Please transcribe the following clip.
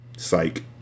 Psych